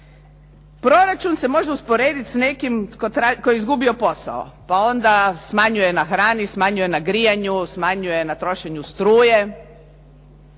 Proračun se može usporediti s nekim tko je izgubio posao pa onda smanjuje na hranu, smanjuje na grijanju, smanjuje na trošenju struje,